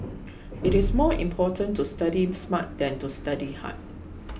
it is more important to study smart than to study hard